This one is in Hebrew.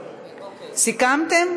אני לוקחת על עצמי, סיכמתם?